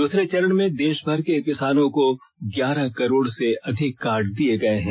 दूसरे चरण में देशभर के किसानों को ग्यारह करोड़ से अधिक कार्ड दिए गए हैं